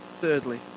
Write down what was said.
thirdly